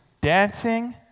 dancing